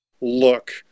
look